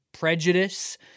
prejudice